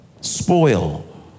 spoil